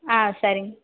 ஆ சரிங்